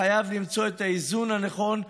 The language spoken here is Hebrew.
חייבים למצוא את האיזון הנכון,